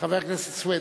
חבר הכנסת סוייד,